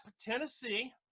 Tennessee